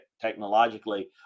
technologically